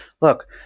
look